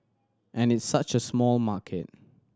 and it's such a small market